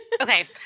okay